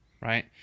right